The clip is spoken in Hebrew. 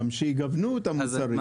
גם שיגוונו את המוצרים.